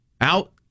out